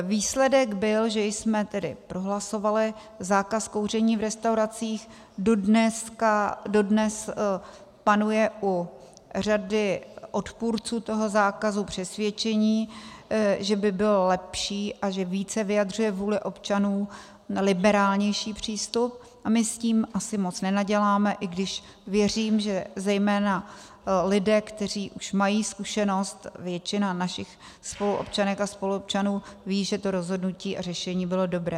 Výsledek byl, že jsme tedy prohlasovali zákaz kouření v restauracích, dodnes panuje u řady odpůrců toho zákazu přesvědčení, že by bylo lepší a že více vyjadřuje vůli občanů liberálnější přístup, a my s tím asi moc nenaděláme, i když věřím, že zejména lidé, kteří už mají zkušenost, většina našich spoluobčanek a spoluobčanů ví, že to rozhodnutí a řešení bylo dobré.